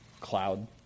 Cloud